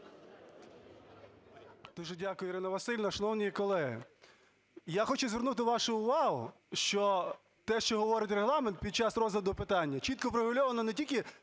Дуже дякую, Ірина Василівна. Шановні колеги, я хочу звернути вашу увагу, що те, що говорить Регламент, під час розгляду питання, чітко врегульовано не тільки